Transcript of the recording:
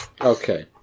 Okay